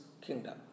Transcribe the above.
kingdom